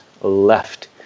left